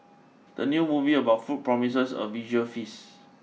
the new movie about food promises a visual feast